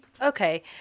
Okay